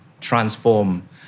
transform